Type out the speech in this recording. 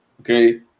Okay